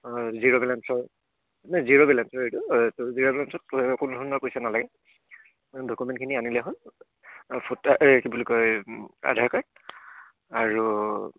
zero বেলেঞ্চৰ মানে zero বেলেঞ্চৰ এইটো ত জিৰ' বেলেঞ্চত কোনো ধৰণৰ পইচা নালাগে ডকুমেণ্টখিনি আনিলে হ'ল ফটা কি বুলি কয় আধাৰ কাৰ্ড আৰু